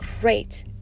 great